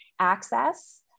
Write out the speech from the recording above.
access